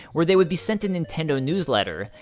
where they would be sent a nintendo newsletter.